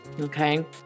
Okay